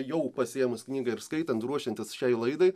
jau pasiėmus knygą ir skaitant ruošiantis šiai laidai